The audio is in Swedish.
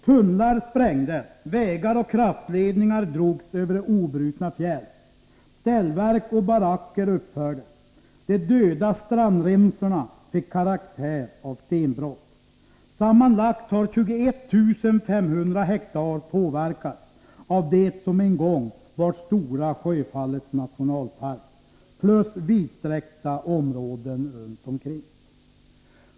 Tunnlar sprängdes, vägar och kraftledningar drogs över obrutna fjäll, ställverk och baracker uppfördes, och de döda strandremsorna fick karaktär av stenbrott. Sammanlagt 21 500 hektar påverkades av det som en gång var Stora Sjöfallets nationalpark, plus vidsträckta områden runt omkring.